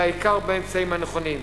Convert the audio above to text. ובעיקר באמצעים הנכונים.